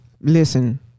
Listen